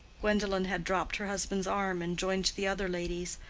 gwendolen had dropped her husband's arm and joined the other ladies,